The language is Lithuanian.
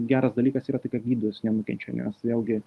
geras dalykas yra tai kad gydytojas nenukenčia nes vėlgi